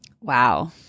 Wow